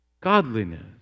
Godliness